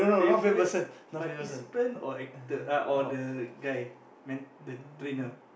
favorite participant or actor uh or the guy man the trainer